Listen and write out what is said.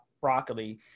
broccoli